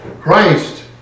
Christ